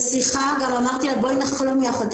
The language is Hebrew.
בשיחה אמרתי לה שנחלום יחד.